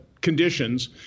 conditions